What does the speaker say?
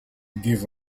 give